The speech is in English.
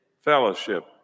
fellowship